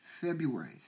February